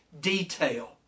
detail